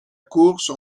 course